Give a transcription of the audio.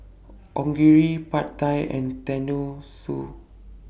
Onigiri Pad Thai and Tenmusu